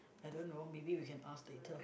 I don't know maybe we can ask later